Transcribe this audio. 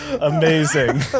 Amazing